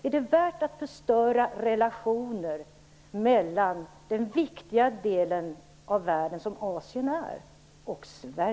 Är det värt att förstöra relationerna mellan Sverige och den viktiga del av världen som Asien är?